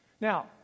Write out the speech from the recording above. Now